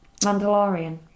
Mandalorian